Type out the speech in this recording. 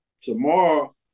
tomorrow